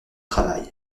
travail